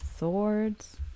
Swords